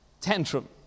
tantrum